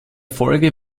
folge